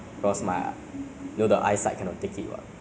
then 不是很累 lor 很 dry 这些